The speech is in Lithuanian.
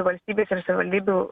valstybės ir savivaldybių